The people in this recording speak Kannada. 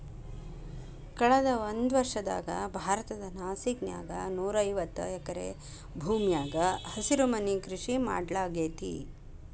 ಕಳದ ಒಂದ್ವರ್ಷದಾಗ ಭಾರತದ ನಾಸಿಕ್ ನ್ಯಾಗ ನೂರಾಐವತ್ತ ಎಕರೆ ಭೂಮ್ಯಾಗ ಹಸಿರುಮನಿ ಕೃಷಿ ಮಾಡ್ಲಾಗೇತಿ